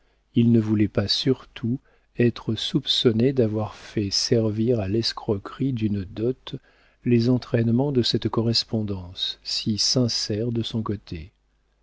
il ne voulut pas surtout être soupçonné d'avoir fait servir à l'escroquerie d'une dot les entraînements de cette correspondance si sincère de son côté